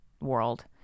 world